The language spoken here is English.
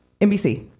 NBC